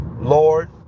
Lord